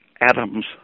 atoms